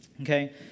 okay